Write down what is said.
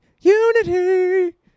unity